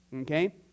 okay